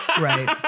Right